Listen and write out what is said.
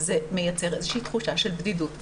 זה מייצר איזושהי תחושה של בדידות.